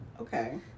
Okay